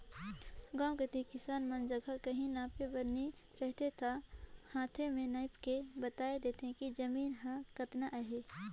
गाँव कती किसान मन जग काहीं नापे बर नी रहें ता हांथे में नाएप के बताए देथे कि जमीन हर केतना अहे